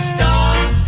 Stop